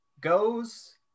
goes